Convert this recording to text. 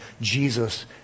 Jesus